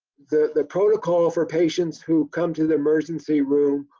the the protocol for patients who come to the emergency room,